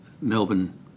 Melbourne